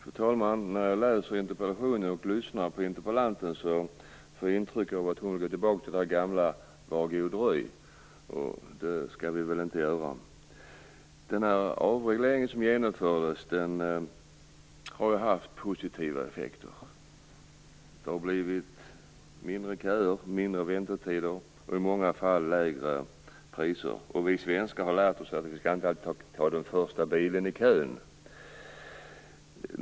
Fru talman! När jag läser interpellationen och lyssnar på interpellanten får jag intrycket att hon vill gå tillbaka till det gamla "Var god dröj!". Men det skall vi väl ändå inte göra. Den avreglering som genomfördes har haft positiva effekter. Det har blivit mindre köer, kortare väntetider och i många fall lägre priser. Vi svenskar har lärt oss att vi inte alltid skall ta den första bilen i kön.